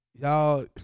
y'all